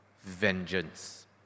vengeance